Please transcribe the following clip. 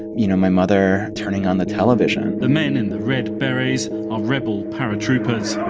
you know, my mother turning on the television the men in the red berets are rebel paratroopers